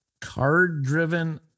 Card-driven